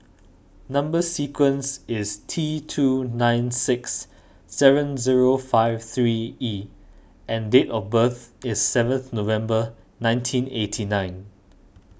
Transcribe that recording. Number Sequence is T two nine six seven zero five three E and date of birth is seventh November nineteen eighty nine